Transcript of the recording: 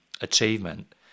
achievement